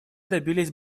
добились